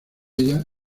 ella